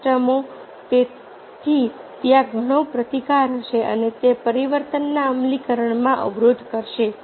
સિસ્ટમો તેથી ત્યાં ઘણો પ્રતિકાર હશે અને તે પરિવર્તનના અમલીકરણમાં અવરોધ કરશે